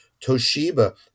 Toshiba